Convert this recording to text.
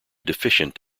deficient